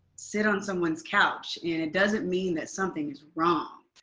sit on someone's couch, and it doesn't mean that something is wrong.